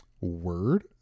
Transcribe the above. word